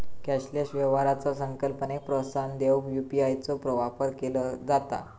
cashless व्यवहाराचा संकल्पनेक प्रोत्साहन देऊक यू.पी.आय चो वापर केला जाता